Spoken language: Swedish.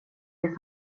det